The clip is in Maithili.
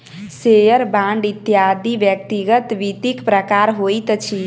शेयर, बांड इत्यादि व्यक्तिगत वित्तक प्रकार होइत अछि